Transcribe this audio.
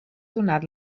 donat